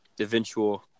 eventual